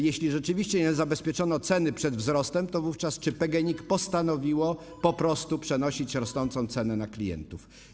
Jeśli rzeczywiście nie zabezpieczono ceny przed wzrostem, to czy wówczas PGNiG postanowiło po prostu przenosić rosnącą cenę na klientów?